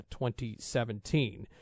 2017